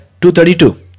2.32